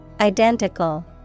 Identical